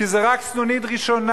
כי זו רק סנונית ראשונה.